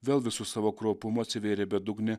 vėl visu savo kraupumu atsivėrė bedugnė